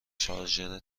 شارژر